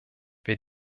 wer